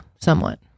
somewhat